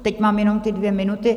Teď mám jenom ty dvě minuty.